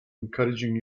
encouraging